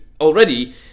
already